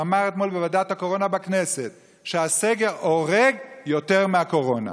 שאמר אתמול בוועדת הקורונה בכנסת שהסגר הורג יותר מהקורונה.